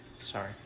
Sorry